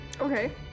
okay